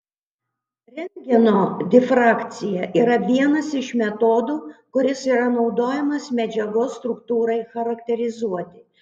rentgeno difrakcija yra vienas iš metodų kuris yra naudojamas medžiagos struktūrai charakterizuoti